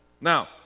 Now